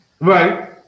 Right